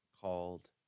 called